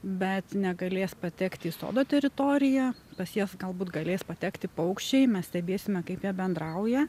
bet negalės patekt į sodo teritoriją pas jas galbūt galės patekti paukščiai mes stebėsime kaip jie bendrauja